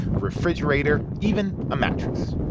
a refrigerator, even a mattress